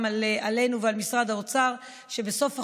עלינו ועל משרד האוצר שבסוף החודש,